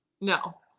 No